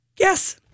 Yes